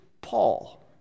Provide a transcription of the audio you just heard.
Paul